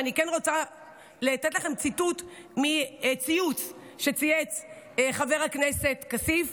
ואני כן רוצה לתת לכם ציטוט מציוץ שצייץ חבר הכנסת כסיף,